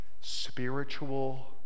Spiritual